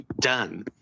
done